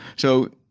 so,